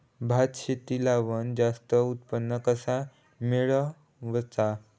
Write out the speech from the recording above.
भात शेती लावण जास्त उत्पन्न कसा मेळवचा?